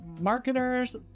marketers